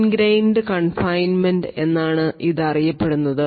fine grained confinement എന്നാണ് ഇത് അറിയപ്പെടുന്നത്